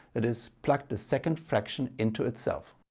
that is plug the second fraction into itself.